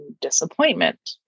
disappointment